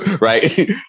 Right